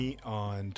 on